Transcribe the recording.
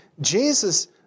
Jesus